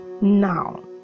now